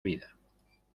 vida